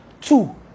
two